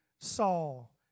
Saul